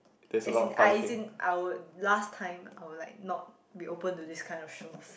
as in I as in I would last time I would like not be open to these kind of shows